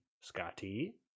Scotty